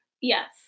Yes